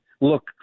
look